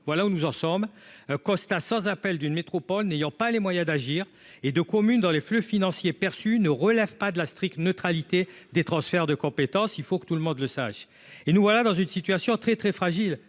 Voilà où nous en sommes constat sans appel d'une métropole n'ayant pas les moyens d'agir et de communes dans les flux financiers perçus ne relève pas de la stricte neutralité des transferts de compétences, il faut que tout le monde le sache. Et nous voilà dans une situation très très fragile.